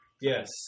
Yes